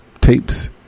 Tapes